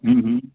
હા હા